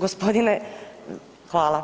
Gospodine